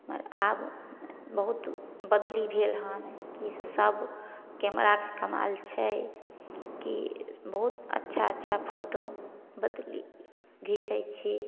मगर आब बहुत बदली भेल हन की से सभ कैमराके कमाल छै कि बहुत अच्छा अच्छा फोटो बदली घीचै छी